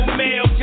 mail